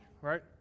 right